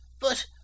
But